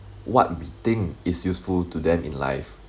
what we think is useful to them in life